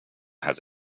has